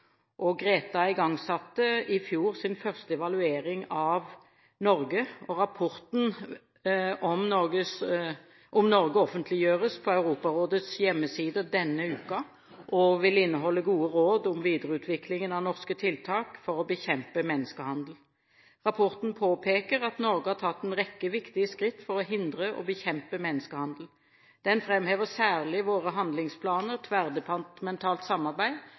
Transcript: Europarådskonvensjonen. GRETA igangsatte i fjor sin første evaluering av Norge. Rapporten om Norge offentliggjøres på Europarådets hjemmesider denne uken og vil inneholde gode råd om videreutviklingen av norske tiltak for å bekjempe menneskehandel. Rapporten påpeker at Norge har tatt en rekke viktige skritt for å hindre og bekjempe menneskehandel. Den framhever særlig våre handlingsplaner, tverrdepartementalt samarbeid